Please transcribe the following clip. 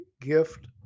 gift